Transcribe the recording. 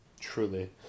Truly